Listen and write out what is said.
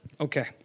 Okay